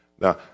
Now